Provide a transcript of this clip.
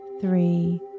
three